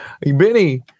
Benny